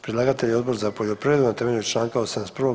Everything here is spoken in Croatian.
Predlagatelj je Odbor za poljoprivredu na temelju čl. 81.